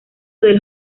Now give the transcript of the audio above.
del